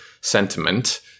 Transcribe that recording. sentiment